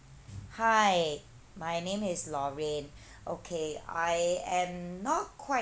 hi my name is lauraine okay I am not quite